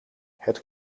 het